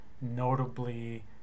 Notably